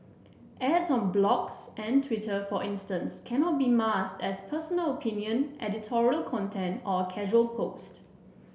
ads on blogs and Twitter for instance cannot be masked as personal opinion editorial content or a casual post